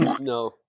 No